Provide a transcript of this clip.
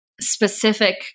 specific